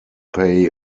pay